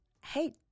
hey